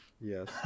Yes